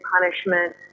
punishment